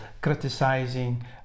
criticizing